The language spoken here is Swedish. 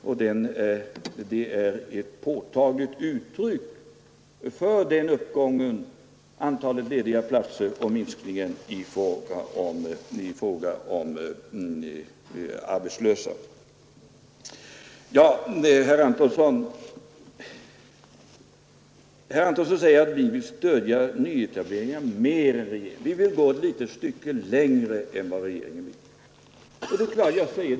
Antalet lediga platser och minskningen av antalet arbetslösa är ett påtagligt uttryck för den konjunkturuppgången. Herr Antonsson säger att ”vi vill stödja nyetableringar mer än regeringen, vi vill gå ett litet stycke längre än vad regeringen vill göra”.